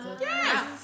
Yes